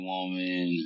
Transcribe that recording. Woman